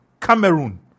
Cameroon